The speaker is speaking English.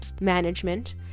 management